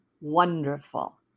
wonderful